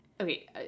Okay